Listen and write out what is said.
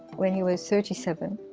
when he was thirty seven.